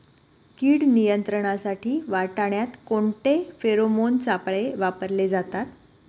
कीड नियंत्रणासाठी वाटाण्यात कोणते फेरोमोन सापळे वापरले जातात?